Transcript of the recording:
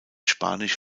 spanisch